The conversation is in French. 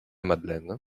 madeleine